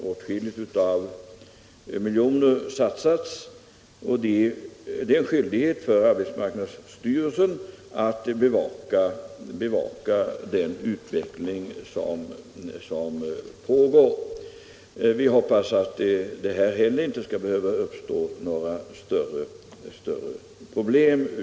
Åtskilliga miljoner har satsats där, och det är arbetsmarknadsstyrelsens skyldighet att bevaka den utveckling som pågår. Vi hoppas att det inte heller här skall behöva uppstå några större problem.